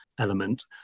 element